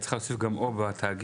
היית צריכה להוסיף "או" בתאגיד,